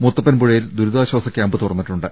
മുത്തപ്പൻ പുഴയിൽ ദുരിതാ ശ്വാസ ക്യാമ്പ് തുറന്നിട്ടുണ്ട്